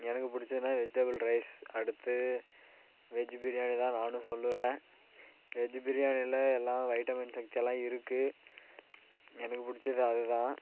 எனக்கு பிடிச்சதுனா vegetable rice அடுத்து வெஜ் பிரியாணி தான் நானும் சொல்வேன் வெஜ் பிரியாணியில் எல்லா வைட்டமின் சக்தியெலாம் இருக்குது எனக்கு பிடிச்சது அதுதான்